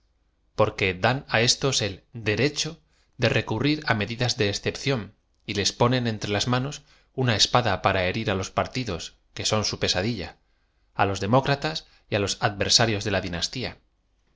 porque dan á éstos el derecho de recurrir á medidas de ezcepción y les ponen entre las manos una espada p ara herir á los partidos que son su pesadilla á loe demócratas y á los adversarios de la dinastía